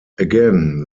again